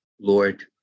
Lord